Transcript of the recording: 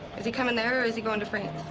is he coming there, or is he going to frank's?